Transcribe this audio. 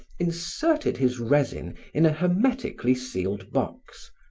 inserted his resin in a hermetically sealed box,